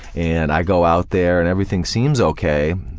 and i go out there and everything seems okay,